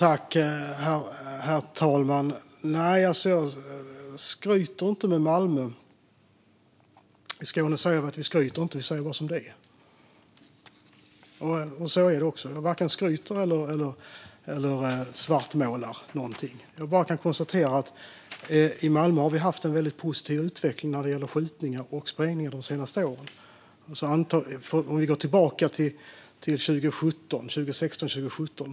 Herr talman! Nej, jag skryter inte om Malmö. I Skåne säger vi: Vi skryter inte. Vi säger bara som det är. Så är det också. Jag varken skryter eller svartmålar någonting. Jag kan bara konstatera att vi i Malmö har haft en väldigt positiv utveckling när det gäller skjutningar och sprängningar de senaste åren. Vi kan gå tillbaka till 2016 och 2017.